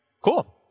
Cool